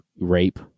rape